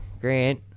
Grant